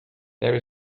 there